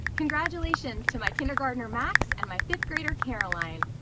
congratulations to my kindergartner max and my fifth-grader caroline.